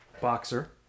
boxer